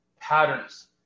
patterns